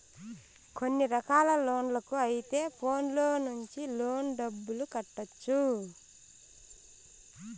కొన్ని రకాల లోన్లకు అయితే ఫోన్లో నుంచి లోన్ డబ్బులు కట్టొచ్చు